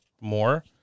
more